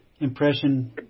impression